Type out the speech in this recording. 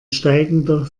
steigender